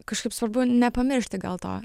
kažkaip svarbu nepamiršti gal to